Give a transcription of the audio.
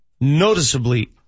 noticeably